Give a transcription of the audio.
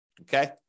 okay